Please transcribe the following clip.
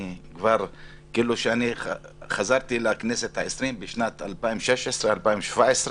אני מרגיש כאילו חזרנו לכנסת ה-20 בשנת 2016 2017,